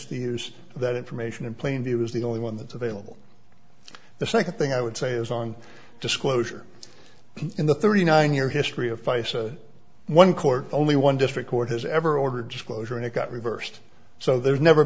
use that information in plain view is the only one that's available the second thing i would say is on disclosure in the thirty nine year history of faces one court only one district court has ever ordered disclosure and it got reversed so there's never